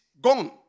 Gone